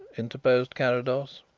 interposed carrados.